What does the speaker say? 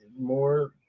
more